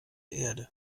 erde